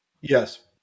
Yes